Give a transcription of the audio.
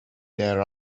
their